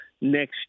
next